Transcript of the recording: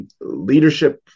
leadership